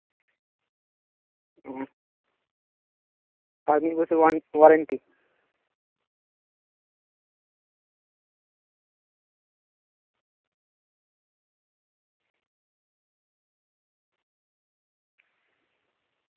ᱚ ᱟᱨ ᱢᱤᱫ ᱵᱚᱪᱷᱚᱨ ᱚᱣᱟᱨᱮᱱᱴᱤ